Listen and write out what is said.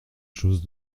chose